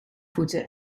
voeten